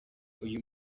uyu